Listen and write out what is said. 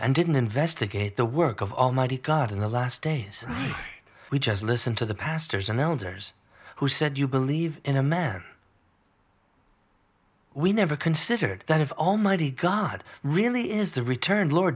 and didn't investigate the work of almighty god in the last days we just listened to the pastors and elders who said you believe in a man we never considered that of almighty god really is the returned lord